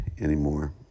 anymore